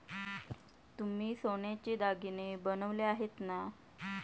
तुम्ही सोन्याचे दागिने बनवले आहेत ना?